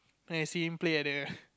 then I see him play at the